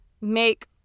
make